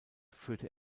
führte